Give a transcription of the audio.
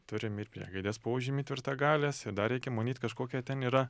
turim ir priegaidės požymį tvirtagalės ir dar reikia manyt kažkokia ten yra